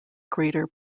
greater